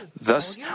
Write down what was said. Thus